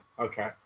Okay